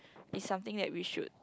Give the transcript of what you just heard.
is something that we should